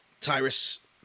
Tyrus